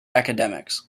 academics